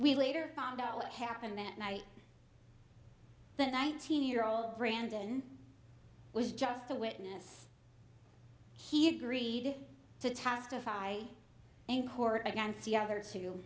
we later found out what happened that night that nineteen year old brandon was just a witness he agreed to testify in court against the other two